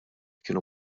kienu